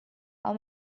how